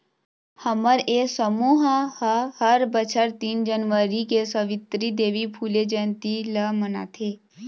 हमर ये समूह ह हर बछर तीन जनवरी के सवित्री देवी फूले जंयती ल मनाथे